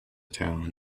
town